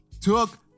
took